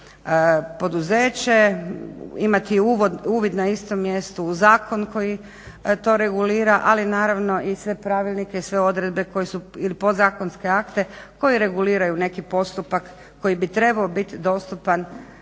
otvoriti poduzeće, imati uvid na istom mjestu u zakon koji to regulira, ali naravno i sve pravilnike i sve odredbe koji su ili podzakonske akte koji reguliraju neki postupak koji bi trebao biti dostupan